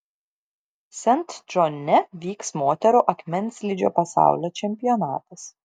sent džone vyks moterų akmenslydžio pasaulio čempionatas